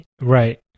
right